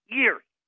years